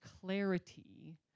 clarity